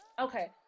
okay